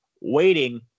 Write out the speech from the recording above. waiting